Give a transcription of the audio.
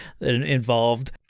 involved